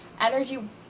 energy